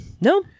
No